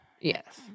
Yes